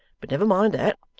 but never mind that.